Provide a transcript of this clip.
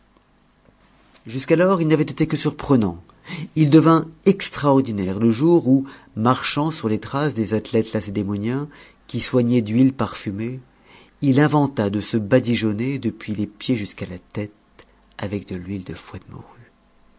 jusqu'alors il n'avait été que surprenant il devint extraordinaire le jour où marchant sur les traces des athlètes lacédémoniens qui s'oignaient d'huiles parfumées il inventa de se badigeonner depuis les pieds jusqu'à la tête avec de l'huile de foie de morue